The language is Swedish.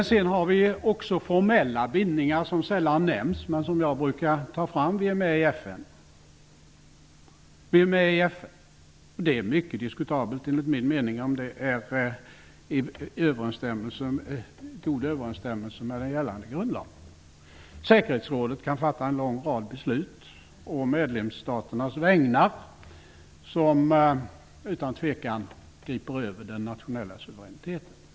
Men sedan har vi också formella bindningar som sällan nämns men som jag brukar ta fram. Sverige är med i FN. Det är enligt min mening mycket diskutabelt om det är i god överensstämmelse med gällande grundlag. Säkerhetsrådet kan fatta en lång rad beslut å medlemmarnas vägnar som utan tvivel griper över den nationella suveräniteten.